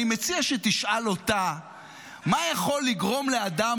אני מציע שתשאל אותה מה יכול לגרום לאדם